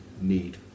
need